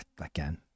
Again